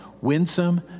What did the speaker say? winsome